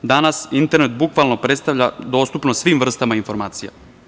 Danas internet bukvalno predstavlja dostupnost svim vrstama informacija.